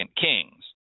Kings